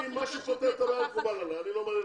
אותי זה לא מעניין.